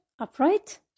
upright